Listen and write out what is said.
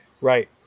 right